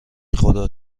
خدا